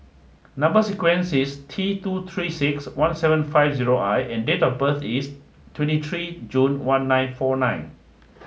number sequence is T two three six one seven five zero I and date of birth is twenty three June one nine four nine